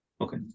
Okay